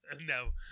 No